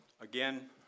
Again